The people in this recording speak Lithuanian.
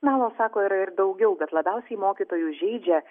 melo sako yra ir daugiau bet labiausiai mokytojus žeidžia